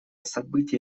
событие